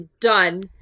done